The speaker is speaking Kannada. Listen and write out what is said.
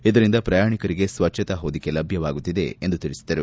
ಇದರಿಂದ ಪ್ರಯಾಣಿಕರಿಗೆ ಸ್ವಜ್ವತಾ ಹೊದಿಕೆ ಲಭ್ಯವಾಗುತ್ತಿದೆ ಎಂದು ತಿಳಿಸಿದರು